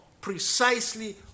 precisely